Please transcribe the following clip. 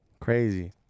Crazy